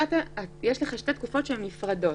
יש לך שתי תקופות נפרדות,